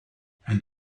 and